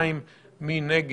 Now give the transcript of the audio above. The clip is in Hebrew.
2. מי נגד?